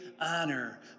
honor